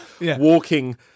walking